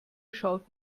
schaut